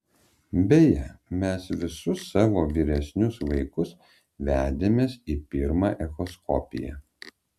beje mes visus savo vyresnius vaikus vedėmės į pirmą echoskopiją